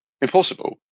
impossible